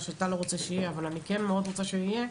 שאתה לא רוצה שיהיה אבל אני כן רוצה מאוד שיהיה,